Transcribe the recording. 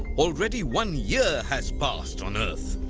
already one year has passed on earth!